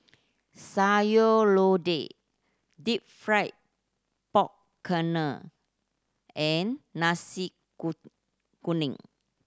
Sayur Lodeh Deep Fried Pork Knuckle and nasi kuning